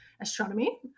astronomy